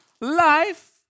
life